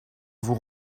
vous